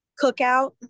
cookout